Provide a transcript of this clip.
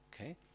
okay